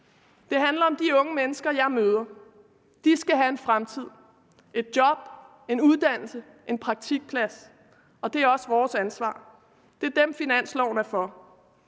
Det handler om de unge mennesker, som jeg møder. De skal have en fremtid, et job, en uddannelse, en praktikplads, og det er også vores ansvar. Det er dem, finansloven er for.